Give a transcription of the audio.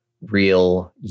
real